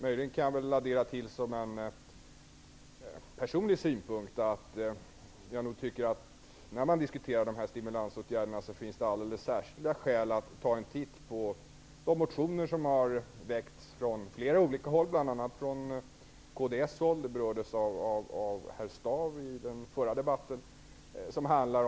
Möjligen kan jag tillägga en personlig synpunkt: Jag tycker nog att det, när sådana här stimulansåtgärder diskuteras, finns alldeles särskilda skäl att ta en titt på motioner som väckts från flera olika håll. Bl.a. har man i kds väckt motioner, och det berördes av Harry Staaf i föregående debatt här i dag.